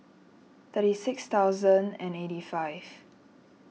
thirty six thousand and eighty five